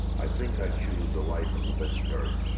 i think i'd choose the life of a vegetarian.